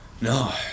No